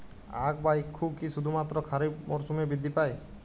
আখ বা ইক্ষু কি শুধুমাত্র খারিফ মরসুমেই বৃদ্ধি পায়?